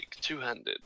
two-handed